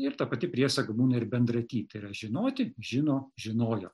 ir ta pati priesaga būna ir bendratytai yra žinoti žino žinojo